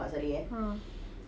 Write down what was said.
ah